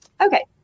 Okay